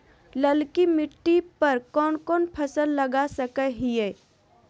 ललकी मिट्टी पर कोन कोन फसल लगा सकय हियय?